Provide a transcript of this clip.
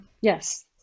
Yes